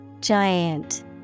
Giant